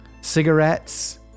Cigarettes